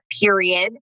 period